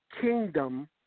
kingdom